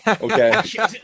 Okay